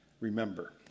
remember